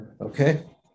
Okay